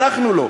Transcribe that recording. אנחנו לא.